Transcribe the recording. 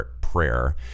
prayer